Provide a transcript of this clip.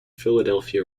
philadelphia